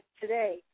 today